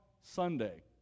Sunday